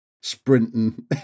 sprinting